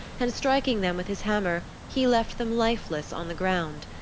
and, striking them with his hammer, he left them lifeless on the ground.